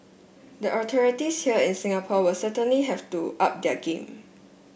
the authorities here in Singapore will certainly have to up their game